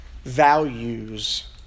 values